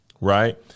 right